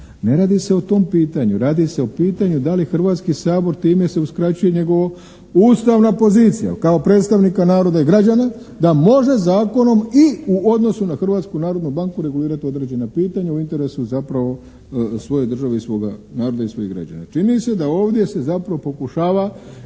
Ne radi se o tom pitanju. Radi se o pitanju da li Hrvatski sabor time se uskraćuje njegova ustavna pozicija kao predstavnika naroda i građana da može zakonom i u odnosu na Hrvatsku narodnu banku regulirati određena pitanja u interesu zapravo svoje države i svoga naroda i svojih građana. Čini se da ovdje se zapravo pokušava